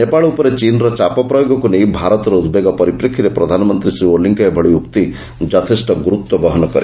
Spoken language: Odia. ନେପାଳ ଉପରେ ଚୀନ୍ର ଚାପ ପ୍ରୟୋଗକ୍ତ ନେଇ ଭାରତର ଉଦ୍ବେଗ ପରିପ୍ରେକ୍ଷୀରେ ପ୍ରଧାନମନ୍ତ୍ରୀ ଶ୍ରୀ ଓଲିଙ୍କ ଏଭଳି ଉକ୍ତି ଯଥେଷ୍ଟ ଗୁରୁତ୍ୱ ବହନ କରେ